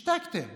השתקתם